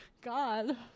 God